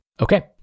Okay